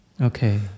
Okay